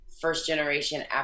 first-generation